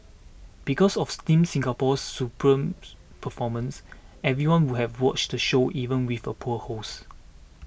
because of Team Singapore's superb performances everyone would have watched the show even with a poor host